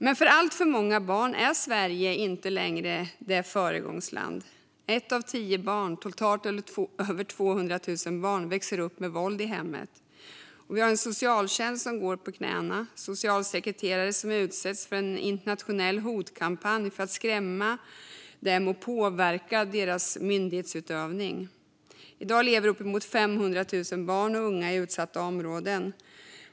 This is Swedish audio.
Men för alltför många barn är Sverige inte längre ett föregångsland. Ett av tio barn, totalt över 200 000 barn, växer upp med våld i hemmet. Vi har en socialtjänst som går på knäna och socialsekreterare som utsätts för en internationell hotkampanj för att skrämma dem och påverka deras myndighetsutövning. I dag lever uppemot 500 000 barn och unga i utsatta områden.